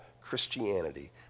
Christianity